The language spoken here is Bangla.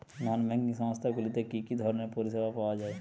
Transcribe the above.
নন ব্যাঙ্কিং সংস্থা গুলিতে কি কি ধরনের পরিসেবা পাওয়া য়ায়?